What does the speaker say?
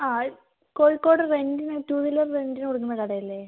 ആ കോഴിക്കോട് റെൻറ്റിന് two wheeler റെൻറ്റിന് കൊടുക്കുന്ന കട അല്ലെ